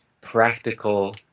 practical